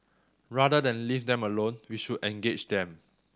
rather than leave them alone we should engage them